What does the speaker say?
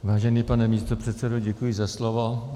Vážený pane místopředsedo, děkuji za slovo.